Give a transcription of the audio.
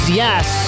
yes